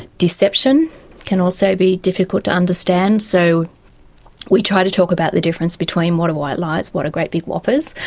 deception can also be difficult to understand. so we try to talk about the difference between what are white lies, what are great big whoppers.